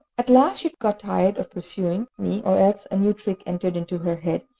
at last she got tired of pursuing me, or else a new trick entered into her head,